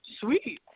sweet